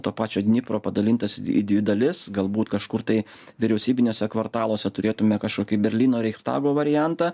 to pačio dniepro padalintas į dvi dalis galbūt kažkur tai vyriausybiniuose kvartaluose turėtume kažkokį berlyno reichstago variantą